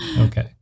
Okay